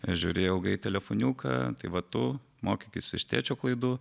žiūrėjo ilgai telefoniuką tai va tu mokykis iš tėčio klaidų